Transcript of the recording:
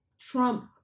Trump